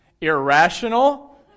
Irrational